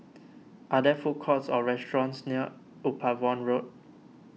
are there food courts or restaurants near Upavon Road